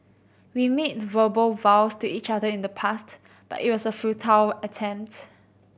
we made verbal vows to each other in the past but it was a futile attempt